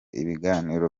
ibiganiro